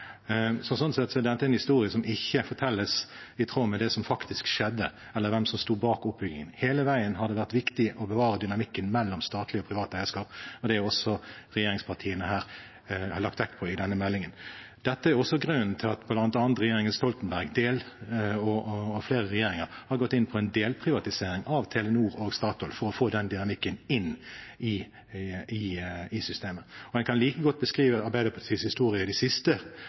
Sånn sett er dette en historie som ikke fortelles i tråd med det som faktisk skjedde, eller hvem som sto bak oppbyggingen. Hele veien har det vært viktig å bevare dynamikken mellom statlig og privat eierskap, og det er også det regjeringspartiene har lagt vekt på i denne meldingen. Dette er også grunnen til at bl.a. regjeringen Stoltenberg og flere regjeringer har gått inn for en delprivatisering av Telenor og Statoil – for å få den dynamikken inn i systemet. Og jeg kan like godt beskrive Arbeiderpartiets historie de siste